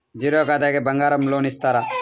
Zero ఖాతాకి బంగారం loan ఇస్తారా?